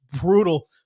brutal